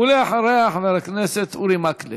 ואחריה, חבר הכנסת אורי מקלב.